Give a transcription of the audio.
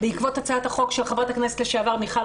בעקבות הצעת החוק של חברת הכנסת לשעבר מיכל